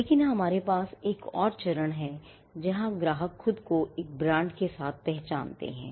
लेकिन हमारे पास एक और चरण है जहां ग्राहक खुद को एक ब्रांड के साथ पहचानते हैं